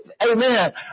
Amen